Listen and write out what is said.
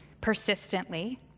persistently